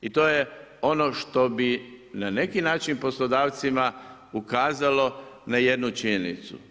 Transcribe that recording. I to je ono što bi na neki način poslodavcima ukazalo na jednu činjenicu.